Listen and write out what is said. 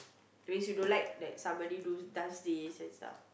means you don't like that somebody do does this and stuff